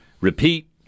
repeat